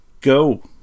go